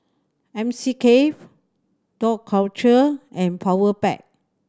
M C Cafe Dough Culture and Powerpac